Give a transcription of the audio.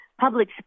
public